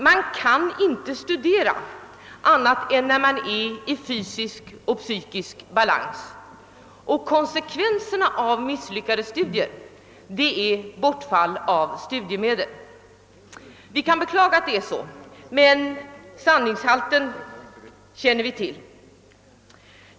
Man kan inte studera annat än när man är i fysisk och psykisk balans, och konsekvenserna av misslyckade studier är bortfall av studiemedel. Vi kan beklaga att det är så, men sanningshalten känner vi till.